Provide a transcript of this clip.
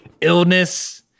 illness